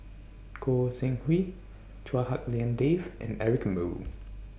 Goi Seng Hui Chua Hak Lien Dave and Eric Moo